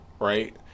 Right